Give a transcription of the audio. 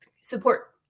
support